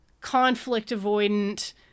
conflict-avoidant